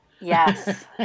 Yes